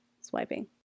swiping